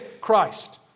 Christ